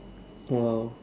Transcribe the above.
!wow!